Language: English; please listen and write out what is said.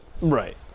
Right